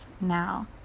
now